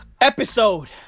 Episode